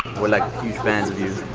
we're like huge fans of you.